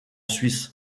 suisse